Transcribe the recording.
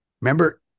Remember